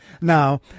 Now